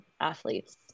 athletes